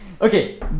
okay